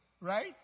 Right